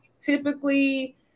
Typically